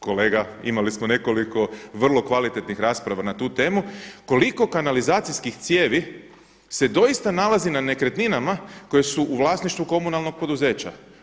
Kolega imali smo nekoliko vrlo kvalitetnih rasprava na tu temu koliko kanalizacijskih cijevi se doista nalazi na nekretninama koje su u vlasništvu komunalnog poduzeća.